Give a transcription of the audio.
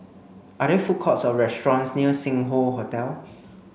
are there food courts or restaurants near Sing Hoe Hotel